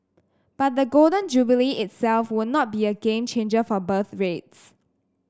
but the Golden Jubilee itself would not be a game changer for birth rates